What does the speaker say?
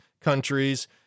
countries